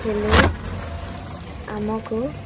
ହେଲେ ଆମକୁ